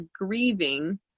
grieving